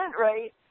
right